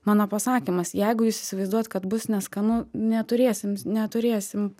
mano pasakymas jeigu jūs įsivaizduojat kad bus neskanu neturėsim neturėsim